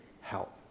help